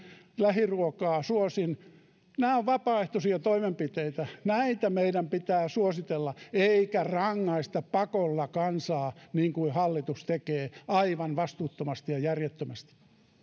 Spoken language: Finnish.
lähiruokaa suosin nämä ovat vapaaehtoisia toimenpiteitä näitä meidän pitää suositella eikä rankaista pakolla kansaa niin kuin hallitus tekee aivan vastuuttomasti ja järjettömästi